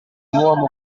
uomo